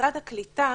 משרד הקליטה